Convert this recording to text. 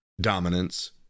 dominance